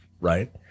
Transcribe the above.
right